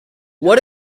what